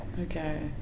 Okay